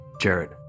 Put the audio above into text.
Jared